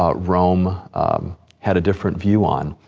um rome had a different view on.